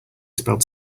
spelled